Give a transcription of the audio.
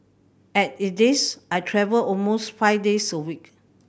as it is I travel almost five days a week